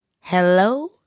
Hello